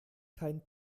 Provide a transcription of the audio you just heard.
kein